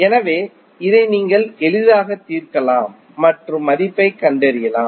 எனவே இதை நீங்கள் எளிதாக தீர்க்கலாம் மற்றும் மதிப்பைக் கண்டறியலாம்